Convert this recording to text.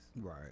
Right